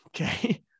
Okay